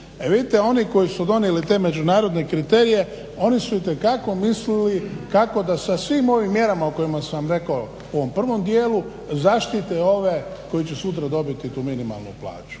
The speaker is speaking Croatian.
vidite oni koji su donijeli te međunarodne kriterije oni su itekako mislili kako da sa svim ovim mjerama o kojima sam vam rekao u ovom prvom dijelu zaštite ove koji će sutra dobiti tu minimalnu plaću.